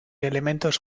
elementos